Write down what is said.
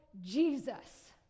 Jesus